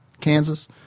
Kansas